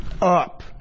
up